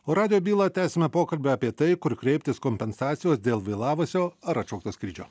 o radijo bylą tęsime pokalbiu apie tai kur kreiptis kompensacijos dėl vėlavusio ar atšaukto skrydžio